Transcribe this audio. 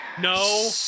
No